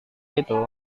itu